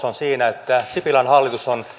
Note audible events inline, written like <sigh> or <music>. <unintelligible> on tulosta siitä että sipilän hallitus on